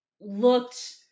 looked